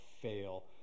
fail